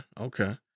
okay